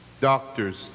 doctors